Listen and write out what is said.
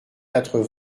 quatre